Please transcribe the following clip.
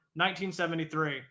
1973